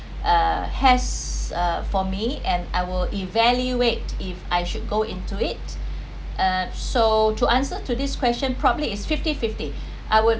uh has uh for me and I will evaluate if I should go into it uh so to answer to this question probably is fifty fifty I would